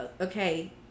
Okay